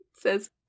says